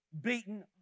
beaten